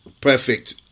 Perfect